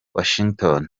washington